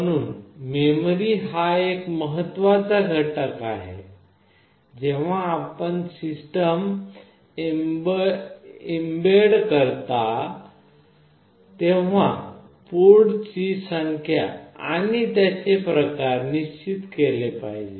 म्हणून मेमरी हा एक महत्त्वाचा घटक आहे जेव्हा आपण सिस्टम एम्बेड करता तेव्हा पोर्ट ची संख्या आणि त्यांचे प्रकार निश्चित केले पाहिजेत